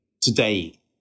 today